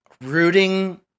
rooting